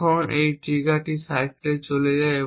এবং এই ট্রিগার সার্কিটে চলে যায়